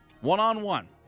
One-on-one